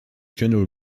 general